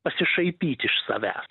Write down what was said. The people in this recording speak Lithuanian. pasišaipyt iš savęs